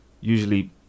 usually